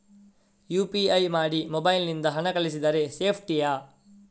UPI ಮಾಡಿ mobile ನಿಂದ ಹಣ ಕಳಿಸಿದರೆ ಸೇಪ್ಟಿಯಾ?